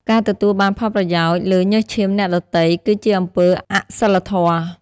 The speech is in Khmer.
ការទទួលបានផលប្រយោជន៍លើញើសឈាមអ្នកដទៃ គឺជាអំពើអសុីលធម៌។